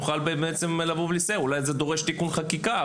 אולי זה דורש תיקון חקיקה,